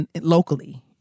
locally